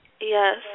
Yes